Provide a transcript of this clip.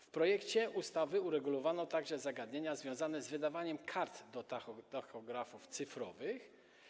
W projekcie ustawy uregulowano także zagadnienia związane z wydawaniem kart do tachografów cyfrowych.